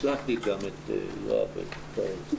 לא אכפת להם.